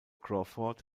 crawford